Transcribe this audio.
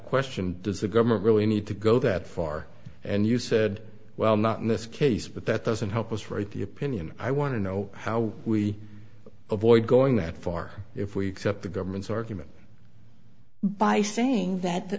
question does the government really need to go that far and you said well not in this case but that doesn't help us write the opinion i want to know how we avoid going that far if we accept the government's argument by saying that